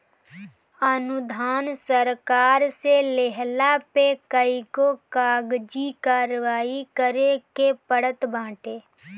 अनुदान सरकार से लेहला पे कईगो कागजी कारवाही करे के पड़त बाटे